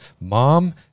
mom